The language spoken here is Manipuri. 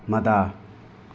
ꯃꯗꯥ